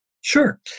Sure